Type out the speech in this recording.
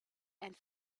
and